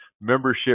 membership